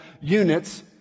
units